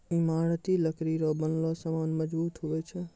ईमारती लकड़ी रो बनलो समान मजबूत हुवै छै